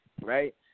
Right